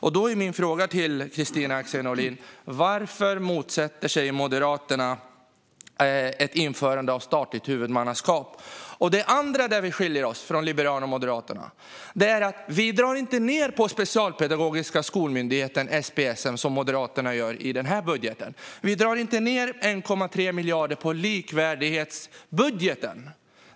Därför är min fråga till Kristina Axén Olin: Varför motsätter sig Moderaterna ett införande av statligt huvudmannaskap? Den andra punkten där Liberalerna skiljer sig från Moderaterna är att vi inte drar ned på Specialpedagogiska skolmyndigheten, som Moderaterna gör i budgeten. Vi drar inte ned 1,3 miljarder på likvärdighetsbudgeten.